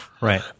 Right